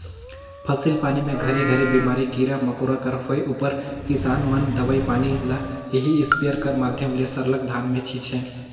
फसिल पानी मे घरी घरी बेमारी, कीरा मकोरा कर होए उपर किसान मन दवई पानी ल एही इस्पेयर कर माध्यम ले सरलग धान मे छीचे